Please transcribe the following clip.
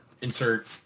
Insert